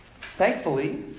Thankfully